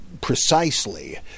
precisely